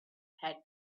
had